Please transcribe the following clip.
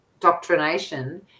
doctrination